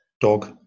dog